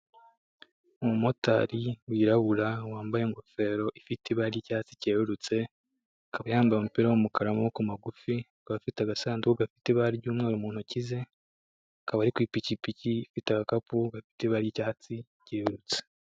Umumotari wirabura wambaye ingofero ifiite ibara ry'icyatsi cyeruritse akaba yambaye umupira w'umukara w'amaboko magufi akaba afite agasanduku kibara ry'umweru mu ntoki ze akaba ari ku ipikipiki afite agakapu k'ibara ry'icyatsi ryerurutse.